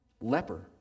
leper